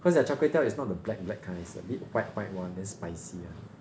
cause their char kway teow is not the black black kind it's a bit white white [one] then spicy [one]